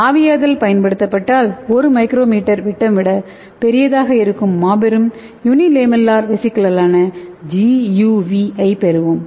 ஆவியாதல் பயன்படுத்தப்பட்டால் 1 µm விட்டம் விட பெரியதாக இருக்கும் மாபெரும் யூனி லேமல்லர் வெசிகிள்களான GUV ஐப் பெறுவோம்